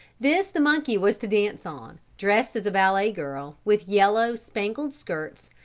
this the monkey was to dance on, dressed as a ballet girl, with yellow, spangled skirts,